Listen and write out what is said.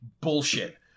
bullshit